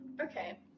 Okay